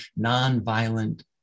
nonviolent